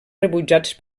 rebutjats